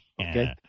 Okay